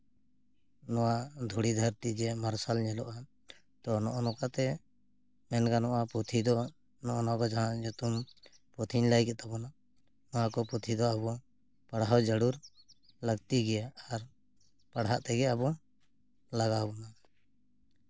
ᱱᱚᱣᱟ ᱫᱷᱩᱲᱤ ᱫᱷᱟᱹᱨᱛᱤ ᱡᱮ ᱢᱟᱨᱥᱟᱞᱼᱟ ᱛᱚ ᱱᱚᱜᱼᱚᱭ ᱱᱚᱝᱠᱟᱛᱮ ᱢᱮᱱ ᱜᱟᱱᱚᱜᱼᱟ ᱯᱩᱛᱷᱤ ᱫᱚ ᱱᱚᱜᱼᱚᱭ ᱱᱟᱠᱚ ᱡᱟᱦᱟᱸ ᱧᱩᱛᱩᱢ ᱯᱩᱛᱷᱤᱧ ᱞᱟᱹᱭ ᱠᱮᱜ ᱛᱟᱵᱚᱱᱟ ᱱᱚᱣᱟᱠᱚ ᱯᱩᱛᱷᱤ ᱫᱚ ᱟᱵᱚ ᱯᱟᱲᱦᱟᱣ ᱡᱟᱹᱨᱩᱲ ᱞᱟᱹᱠᱛᱤ ᱜᱮᱭᱟ ᱟᱨ ᱯᱟᱲᱦᱟᱜ ᱛᱮᱜᱮ ᱟᱵᱚ ᱞᱟᱜᱟᱣ ᱵᱚᱱᱟ